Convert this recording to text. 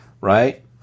right